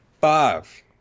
Five